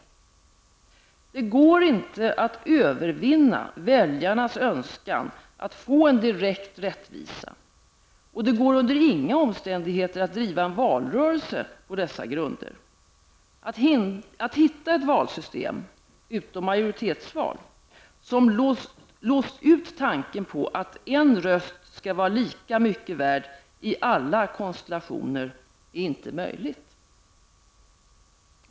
Det går inte att övervinna väljarnas önskan att få en direkt rättvisa och det går under inga omständigheter att driva en valrörelse på dessa grunder. Att hitta ett valsystem -- utom majoritetsval -- som låst ut tanken på att en röst skall vara lika mycket värd i alla konstellationer, är inte möjligt --.''